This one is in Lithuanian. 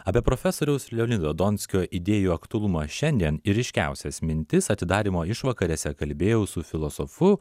apie profesoriaus leonido donskio idėjų aktualumą šiandien ir ryškiausias mintis atidarymo išvakarėse kalbėjau su filosofu